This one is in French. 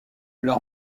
leur